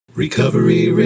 Recovery